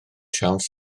siawns